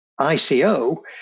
ICO